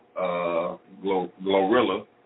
Glorilla